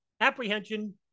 Apprehension